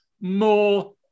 more